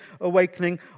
awakening